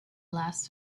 last